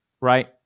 right